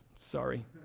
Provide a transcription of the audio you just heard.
Sorry